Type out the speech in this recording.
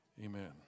amen